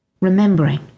Remembering